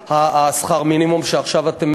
לבינך.